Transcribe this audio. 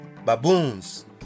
baboons